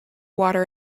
water